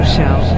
Show